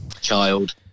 child